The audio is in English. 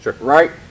right